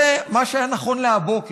זה מה שהיה נכון להבוקר.